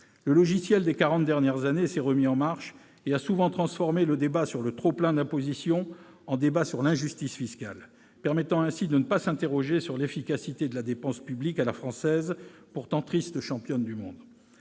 Le logiciel des quarante dernières années s'est remis en marche et a souvent transformé le débat sur le trop-plein d'imposition en débat sur l'injustice fiscale, permettant ainsi de ne pas s'interroger sur l'efficacité de la dépense publique à la française, pourtant triste championne du monde.